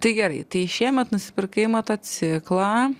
tai gerai tai šiemet nusipirkai motociklą